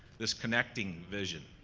this connecting vision.